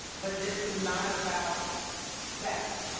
but this is not about that.